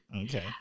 Okay